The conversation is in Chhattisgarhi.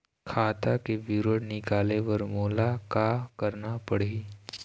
खाता के विवरण निकाले बर मोला का करना पड़ही?